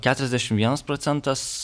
keturiasdešim vienas procentas